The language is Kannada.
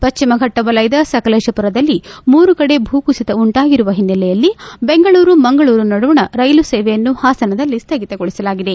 ಪ್ಲಿಮಘಟ್ಟ ವಲಯದ ಸಕಲೇಶಪುರದಲ್ಲಿ ಮೂರು ಕಡೆ ಭೂ ಕುಸಿತ ಉಂಟಾಗಿರುವ ಹಿನ್ನೆಲೆಯಲ್ಲಿ ಬೆಂಗಳೂರು ಮಂಗಳೂರು ನಡುವಣ ರೈಲು ಸೇವೆಯನ್ನು ಹಾಸನದಲ್ಲಿ ಸ್ಥಗಿತಗೊಳಿಸಲಾಗಿದೆ